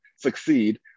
succeed